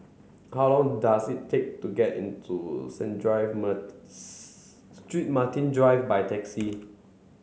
how long does it take to get into Saint Drive Street Martin Drive by taxi